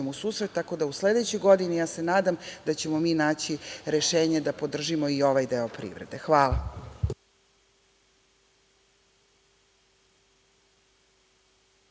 u susret. Tako da, u sledećoj godini, ja se nadam, da ćemo mi naći rešenje da podržimo i ovaj deo privrede. Hvala.